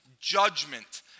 judgment